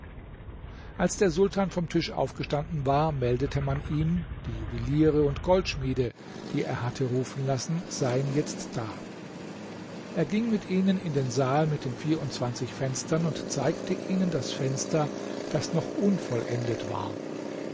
als der sultan vom tisch aufgestanden war meldete man ihm die juweliere und goldschmiede die er hatte rufen lassen seien jetzt da er ging mit ihnen in den saal mit den vierundzwanzig fenstern und zeigte ihnen das fenster das noch unvollendet war